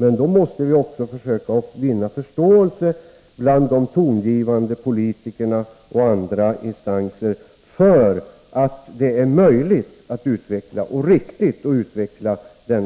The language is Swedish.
Men då måste vi också försöka vinna förståelse bland tongivande politiker och andra instanser för att det är möjligt — och riktigt — att utveckla den